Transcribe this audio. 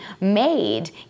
made